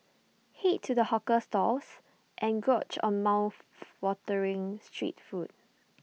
Head to the hawker stalls and gorge on mouthwatering street food